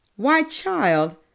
why, child,